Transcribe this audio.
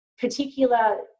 Particular